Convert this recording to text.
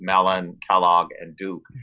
mellon, kellogg, and duke.